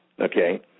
okay